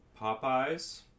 Popeye's